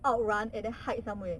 outrun and then hide somewhere